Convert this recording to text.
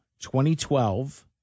2012